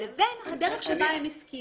לבין הדרך שבה הם הסכימו.